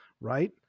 right